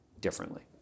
differently